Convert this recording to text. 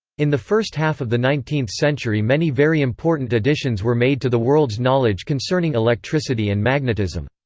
in the first half of the nineteenth century many very important additions were made to the world's knowledge concerning electricity and magnetism.